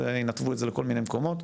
ינתבו את זה לכל מיני מקומות.